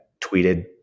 tweeted